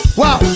wow